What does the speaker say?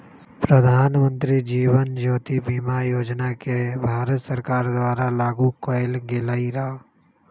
प्रधानमंत्री जीवन ज्योति बीमा योजना के भारत सरकार द्वारा लागू कएल गेलई र